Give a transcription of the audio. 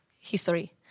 history